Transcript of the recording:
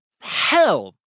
hell